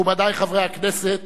מכובדי חברי הכנסת,